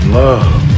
love